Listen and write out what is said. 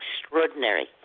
extraordinary